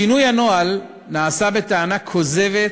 שינוי הנוהל נעשה בטענה כוזבת